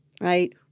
right